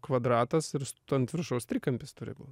kvadratas ir st ant viršaus trikampis turi būt